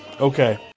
okay